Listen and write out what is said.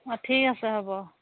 অঁ ঠিক আছে হ'ব